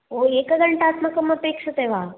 ओ एकघण्टात्मकम् अपक्षेते वा